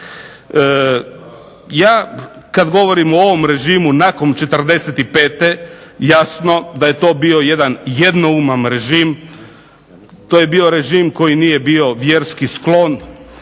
Ja kada govorim o ovom režimu nakon 45. jasno da je to bio jedan jednouman režim, to je bio režim koji nije bio vjerski sklon